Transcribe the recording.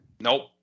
Nope